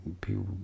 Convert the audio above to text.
people